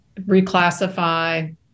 reclassify